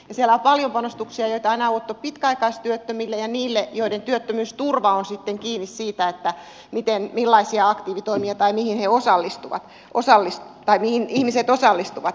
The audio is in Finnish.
siellä on paljon panostuksia joita on anottu pitkäaikaistyöttömille ja niille joiden työttömyysturva on sitten kiinni siitä millaisia aktiivitoimia on tai mihin ihmiset osallistuvat